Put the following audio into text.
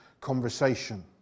conversation